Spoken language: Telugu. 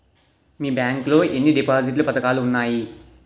మీ బ్యాంక్ లో ఎన్ని డిపాజిట్ పథకాలు ఉన్నాయి?